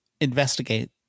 investigate